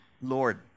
Lord